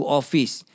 office